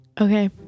Okay